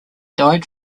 died